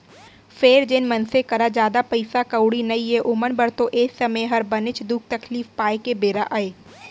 फेर जेन मनसे करा जादा पइसा कउड़ी नइये ओमन बर तो ए समे हर बनेच दुख तकलीफ पाए के बेरा अय